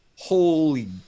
holy